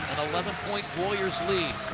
eleven point warriors lead.